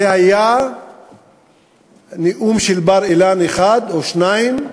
זה היה נאום בר-אילן אחד או שניים,